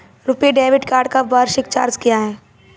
RuPay debit card का वार्षिक charge क्या है?